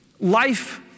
Life